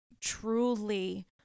truly